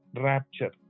rapture